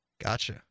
Gotcha